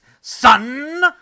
son